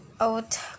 Out